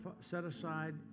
set-aside